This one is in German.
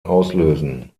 auslösen